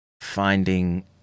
finding